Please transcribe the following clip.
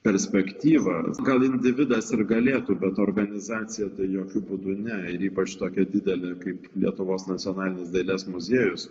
perspektyvą gal individas ir galėtų bet organizacija tai jokiu būdu ne ir ypač tokia didelė kaip lietuvos nacionalinis dailės muziejus